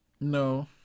No